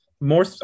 More